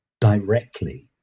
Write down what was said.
directly